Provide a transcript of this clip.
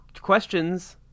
questions